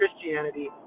Christianity